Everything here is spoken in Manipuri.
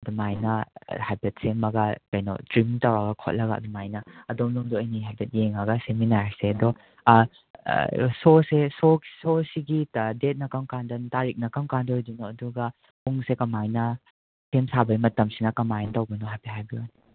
ꯑꯗꯨꯃꯥꯏꯅ ꯍꯥꯏꯐꯦꯠ ꯁꯦꯝꯃꯒ ꯀꯩꯅꯣ ꯇ꯭ꯔꯤꯝ ꯇꯧꯔꯒ ꯈꯣꯠꯂꯒ ꯑꯗꯨꯃꯥꯏꯅ ꯑꯗꯣꯝꯂꯣꯝꯗ ꯑꯣꯏꯅ ꯍꯥꯏꯐꯦꯠ ꯌꯦꯡꯉꯒ ꯁꯦꯝꯃꯤꯟꯅꯔꯁꯦ ꯑꯗꯣ ꯁꯣꯁꯦ ꯁꯣ ꯁꯣꯁꯤꯒꯤ ꯗꯦꯠꯅ ꯀꯝ ꯀꯥꯟꯗ ꯇꯥꯔꯤꯛꯅ ꯀꯝ ꯀꯥꯟꯗ ꯑꯣꯏꯗꯣꯏꯅꯣ ꯑꯗꯨꯒ ꯄꯨꯡꯁꯦ ꯀꯃꯥꯏꯅ ꯁꯦꯝ ꯁꯥꯕꯩ ꯃꯇꯝꯁꯤꯅ ꯀꯃꯥꯏ ꯇꯧꯗꯣꯏꯅꯣ ꯍꯥꯏꯐꯦꯠ ꯍꯥꯏꯕꯤꯌꯨꯅꯦ